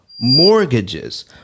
mortgages